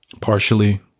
partially